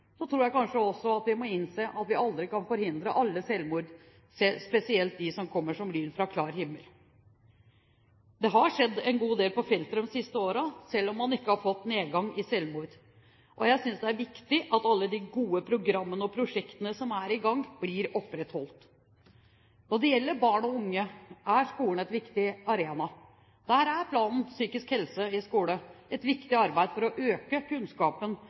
Jeg tror også at vi kanskje må innse at vi aldri kan forhindre alle selvmord, spesielt ikke de som kommer som lyn fra klar himmel. Det har skjedd en god del på feltet de siste årene, selv om man ikke har fått nedgang i antall selvmord. Jeg syns det er viktig at alle de gode programmene og prosjektene som er i gang, blir opprettholdt. Når det gjelder barn og unge, er skolen en viktig arena. Der gjør man gjennom programmet Psykisk helse i skolen et viktig arbeid for å øke kunnskapen